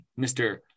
Mr